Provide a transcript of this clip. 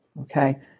okay